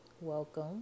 welcome